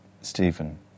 Stephen